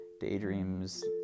daydreams